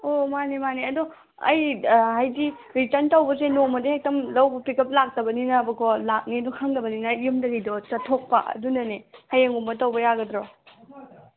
ꯑꯣ ꯃꯥꯅꯦ ꯃꯥꯅꯦ ꯑꯗꯣ ꯑꯩ ꯍꯥꯏꯗꯤ ꯔꯤꯇꯟ ꯇꯧꯕꯁꯦ ꯅꯣꯡꯃꯗ ꯍꯦꯛꯇ ꯂꯧꯕ ꯄꯤꯛꯑꯞ ꯂꯥꯛꯇꯕꯅꯤꯅꯕꯀꯣ ꯂꯥꯛꯅꯦꯗꯨ ꯈꯪꯗꯕꯅꯤꯅ ꯌꯨꯝꯗꯒꯤꯗꯣ ꯆꯠꯊꯣꯛꯄ ꯑꯗꯨꯅꯅꯦ ꯍꯌꯦꯡꯒꯨꯝꯕ ꯇꯧꯕ ꯌꯥꯒꯗ꯭ꯔꯣ